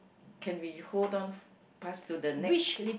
can we hold on pass to the next